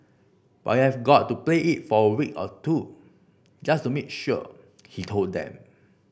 but you have got to play it for a week or two just to make sure he told them